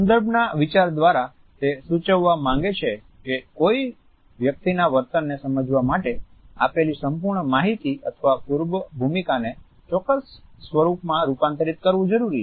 સંદર્ભના વિચાર દ્વારા તે સૂચવવા માંગે છે કે કોઈ વ્યક્તિના વર્તનને સમજવા માટે આપેલી સંપૂર્ણ માહિતી અથવા પૂર્વભૂમિકાને ચોક્ક્સ સ્વરૂપમાં રૂપાંતરિત કરવું જરૂરી છે